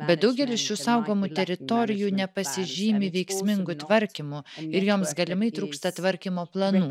bet daugelis šių saugomų teritorijų nepasižymi veiksmingu tvarkymu ir joms galimai trūksta tvarkymo planų